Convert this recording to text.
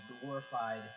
glorified